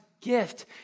gift